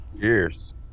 Cheers